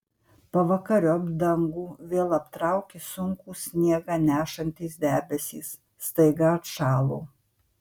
pavakariop dangų vėl aptraukė sunkūs sniegą nešantys debesys staiga atšalo